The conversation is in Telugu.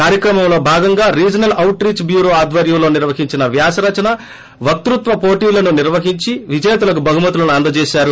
కార్యక్రమంలో భాగంగా రీజనల్ అవుట్ రీచ్ బ్యూరో ఆధ్వర్యంలో నిర్వాహించిన వ్యాసరచన వక్తత్వ పోటీలను నిర్వహించి విజేతలకు బహుమతులు అందజేశారు